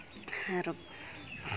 ᱟᱨ